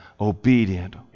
obedient